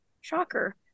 shocker